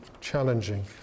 challenging